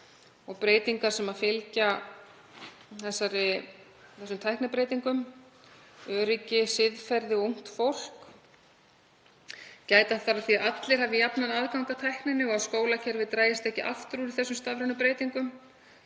og breytingar sem fylgja tæknibreytingum, öryggi, siðferði og ungt fólk. Gæta þarf að því að allir hafi jafnan aðgang að tækninni og að skólakerfið dragist ekki aftur úr í þessum stafrænu breytingum.